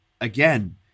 again